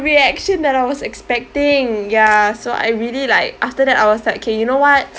reaction that I was expecting ya so I really like after that I was like K you know what